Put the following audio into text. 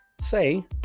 say